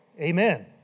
Amen